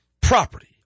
property